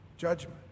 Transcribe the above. judgment